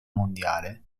mondiale